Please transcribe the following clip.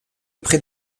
près